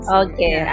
okay